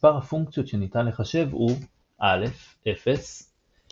מספר הפונקציות שניתן לחשב הוא ℵ 0 \displaystyle